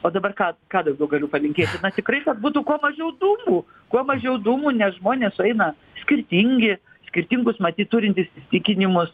o dabar ką ką daugiau galiu palinkėti tikrai kad būtų kuo mažiau dūmų kuo mažiau dūmų nes žmonės sueina skirtingi skirtingus matyt turintys įsitikinimus